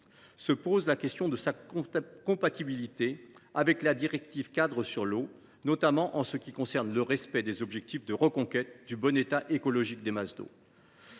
doutons fortement de la compatibilité du texte avec la directive cadre sur l’eau, notamment en ce qui concerne le respect des objectifs de reconquête du bon état écologique des masses d’eau.